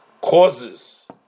causes